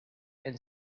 and